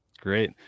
Great